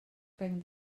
bring